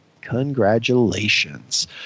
Congratulations